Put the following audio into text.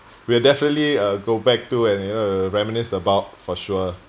we'll definitely uh go back to and you know reminisce about for sure